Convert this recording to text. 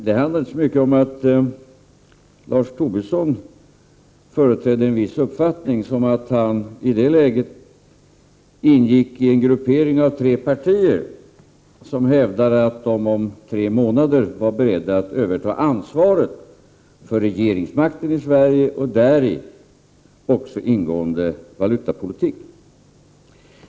Det handlade inte så mycket om att Lars Tobisson företrädde en viss uppfattning som att han i det läget ingick i en gruppering av tre partier, som hävdade att de efter tre månader var beredda att överta ansvaret för regeringsmakten i Sverige och däri ingående valutapolitik.